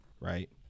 right